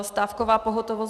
Stávková pohotovost.